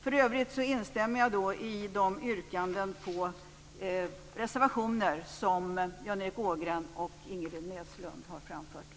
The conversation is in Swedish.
För övrigt instämmer jag i de yrkanden på reservationer som Jan-Erik Ågren och Ingrid Näslund har framfört.